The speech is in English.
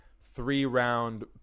three-round